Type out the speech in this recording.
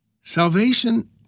Salvation